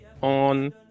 on